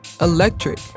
Electric